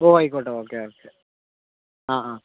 ഓ ആയിക്കോട്ടെ okay okay ആ ആ